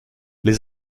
les